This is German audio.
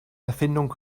erfindung